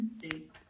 mistakes